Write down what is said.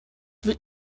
wird